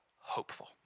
hopeful